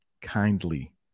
kindly